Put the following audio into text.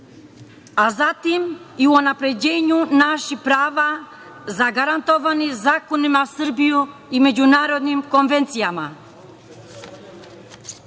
životu, i u unapređenju naših prava zagarantovanih zakonima Srbije i međunarodnih konvencija. Kao